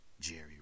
Jerry